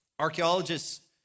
Archaeologists